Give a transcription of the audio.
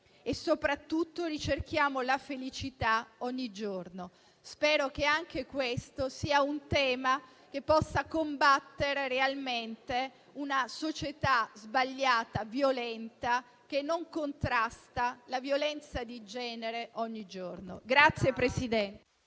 e soprattutto ricerchiamo la felicità ogni giorno. Spero che anche questo tema possa combattere realmente una società sbagliata e violenta, che non contrasta la violenza di genere ogni giorno.